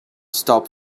stop